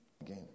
again